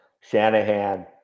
Shanahan